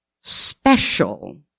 special